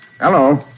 Hello